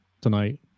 tonight